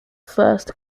first